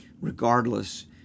regardless